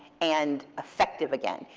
and effective again.